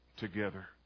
together